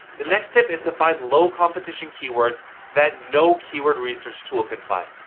the next tip is to find low competition keywords that no keyword research tool can find.